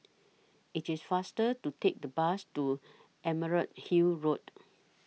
IT IS faster to Take The Bus to Emerald Hill Road